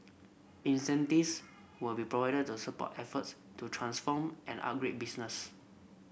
incentives will be provided to support efforts to transform and upgrade business